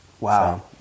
Wow